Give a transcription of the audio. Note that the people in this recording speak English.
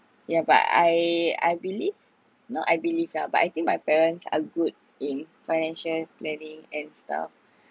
yeah but I I believe not I believe lah but I think my parents are good in financial planning and stuff